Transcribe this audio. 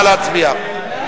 נא להצביע.